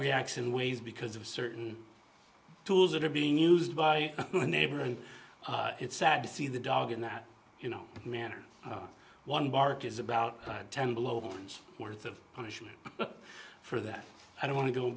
reaction ways because of certain tools that are being used by a neighbor and it's sad to see the dog in that you know manner one bark is about ten below bourne's worth of punishment for that i don't want to go